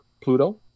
Pluto